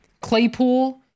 Claypool